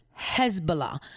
Hezbollah